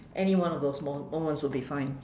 any one of those mo~ moments would be fine